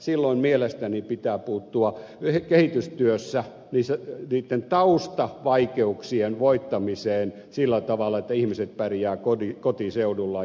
silloin mielestäni pitää puuttua kehitystyössä niitten taustavaikeuksien voittamiseen sillä tavalla että ihmiset pärjäävät kotiseudullaan